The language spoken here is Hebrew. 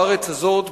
בארץ הזאת,